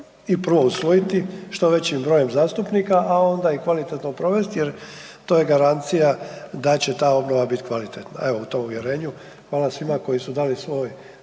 i prvo usvojiti što većim brojem zastupnika, a onda i kvalitetno provesti jer, to je garancija da će ta obnova biti kvalitetna. Evo, u tom uvjerenju, hvala svima koji su dali svoj